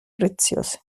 preziose